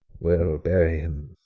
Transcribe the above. well, bury him,